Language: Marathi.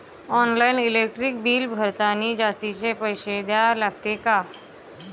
ऑनलाईन इलेक्ट्रिक बिल भरतानी जास्तचे पैसे द्या लागते का?